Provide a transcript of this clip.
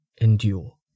endure